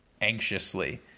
anxiously